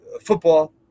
football